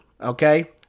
okay